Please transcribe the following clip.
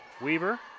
Weaver